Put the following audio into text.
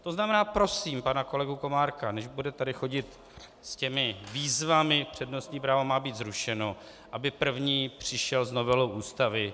To znamená, prosím pana kolegu Komárka, než bude tady chodit s těmi výzvami přednostní právo má být zrušeno , aby první přišel s novelou Ústavy.